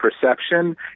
perception